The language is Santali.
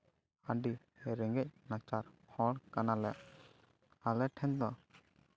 ᱟᱹᱰᱤ ᱨᱮᱸᱜᱮᱡ ᱱᱟᱪᱟᱨ ᱦᱚᱲ ᱠᱟᱱᱟᱞᱮ ᱟᱞᱮ ᱴᱷᱮᱱ ᱫᱚ